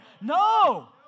No